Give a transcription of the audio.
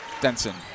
Denson